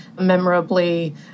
memorably